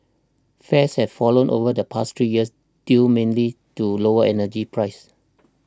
fares have fallen over the past three years due mainly to lower energy prices